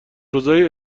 روزای